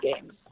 games